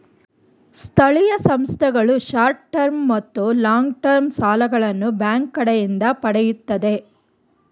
ಸ್ಥಳೀಯ ಸಂಸ್ಥೆಗಳು short term ಮತ್ತು ಲಾಂಗ್ ಟರ್ಮ್ ಸಾಲಗಳನ್ನು ಬ್ಯಾಂಕ್ ಕಡೆಯಿಂದ ಪಡೆಯುತ್ತದೆ